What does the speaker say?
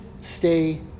stay